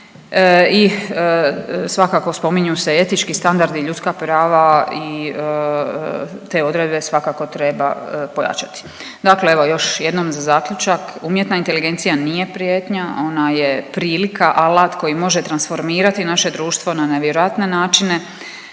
i svakako spominju se etički standardi, ljudska prava i te odredbe svakako treba pojačati. Dakle evo još jednom za zaključak, umjetna inteligencija nije prijetnja, ona je prilika, alat koji može transformirati naše društvo na nevjerojatne načine,